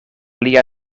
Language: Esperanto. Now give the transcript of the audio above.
lia